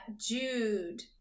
Jude